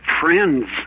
friends